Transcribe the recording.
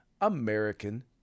American